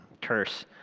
curse